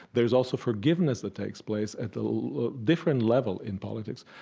there's also forgiveness that takes place at a different level in politics.